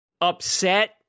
upset